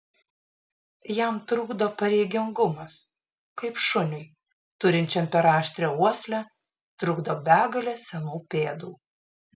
jam trukdo pareigingumas kaip šuniui turinčiam per aštrią uoslę trukdo begalė senų pėdų